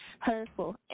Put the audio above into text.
hurtful